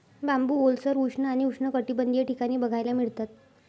बांबू ओलसर, उष्ण आणि उष्णकटिबंधीय ठिकाणी बघायला मिळतात